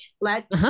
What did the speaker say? let